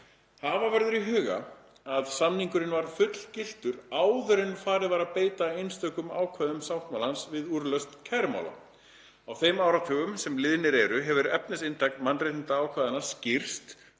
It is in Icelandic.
Hafa verður í huga að samningurinn var fullgiltur áður en farið var að beita einstökum ákvæðum sáttmálans við úrlausn kærumála. Á þeim áratugum, sem liðnir eru, hefur efnisinntak mannréttindaákvæðanna skýrst og